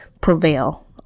prevail